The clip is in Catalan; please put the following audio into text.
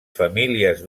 famílies